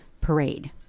parade